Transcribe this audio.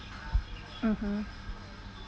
mmhmm